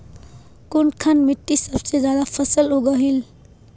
कुनखान मिट्टी सबसे ज्यादा फसल उगहिल?